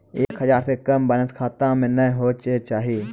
एक हजार से कम बैलेंस खाता मे नैय होय के चाही